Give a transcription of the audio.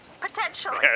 Potentially